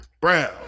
Brown